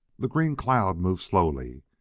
the green cloud moved slowly.